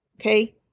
okay